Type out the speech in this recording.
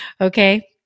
okay